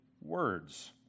words